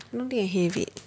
I don't think I have it